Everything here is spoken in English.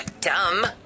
dumb